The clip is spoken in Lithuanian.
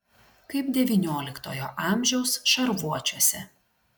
kaip devynioliktojo amžiaus šarvuočiuose